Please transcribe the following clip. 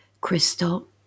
crystal